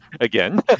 again